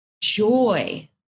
joy